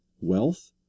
wealth